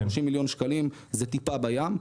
30 מיליון שקלים זה טיפה בים.